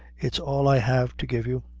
it's all i have to give you.